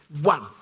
one